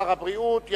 שר הבריאות,